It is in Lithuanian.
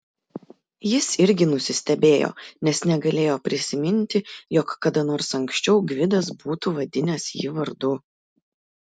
jis irgi nusistebėjo nes negalėjo prisiminti jog kada nors anksčiau gvidas būtų vadinęs jį vardu